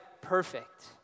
perfect